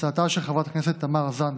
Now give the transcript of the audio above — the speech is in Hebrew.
הצעתה של חברת הכנסת תמר זנדברג.